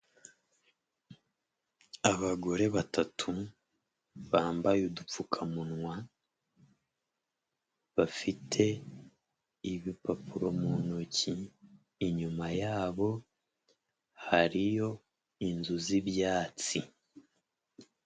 Abagore batatu bambaye udupfukamunwa, bafite ibipapuro mu ntoki, inyuma yabo hariyo inzu z'ibyatsi.